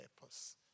purpose